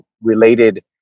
related